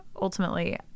ultimately